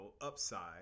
upside